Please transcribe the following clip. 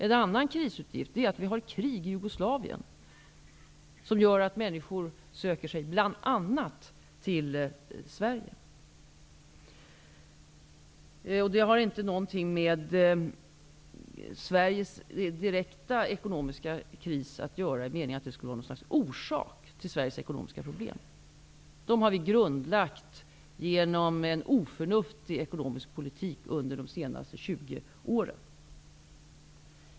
En annan krisutgift förorsakas av kriget i Jugoslavien, som medför att människor söker sig bl.a. till Sverige. Detta har inte någonting med Sveriges direkta ekonomiska kris att göra i den meningen att kriget skulle utgöra en orsak till Sveriges ekonomiska problem. Dessa problem har grundlagts genom en oförnuftig ekonomisk politik under de senaste 20 åren.